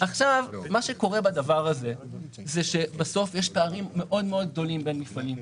מה שקורה זה שבסוף יש פערים מאוד מאוד גדולים בין מפעלים.